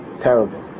Terrible